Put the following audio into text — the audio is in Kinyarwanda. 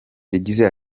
yagize